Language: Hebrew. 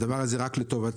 הדבר הזה רק לטובתנו,